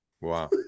Wow